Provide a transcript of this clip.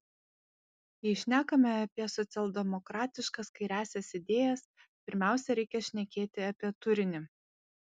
jei šnekame apie socialdemokratiškas kairiąsias idėjas pirmiausia reikia šnekėti apie turinį